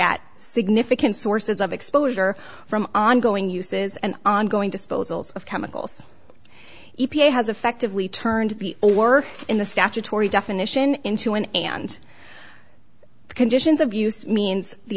at significant sources of exposure from ongoing uses and ongoing disposals of chemicals e p a has effectively turned the or in the statutory definition into an and conditions of use means the